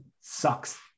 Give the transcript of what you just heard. sucks